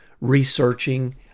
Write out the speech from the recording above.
researching